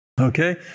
Okay